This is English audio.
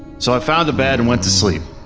so i found the bed and went to sleep.